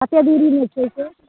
कतेक दूरीमे छै से